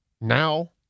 Now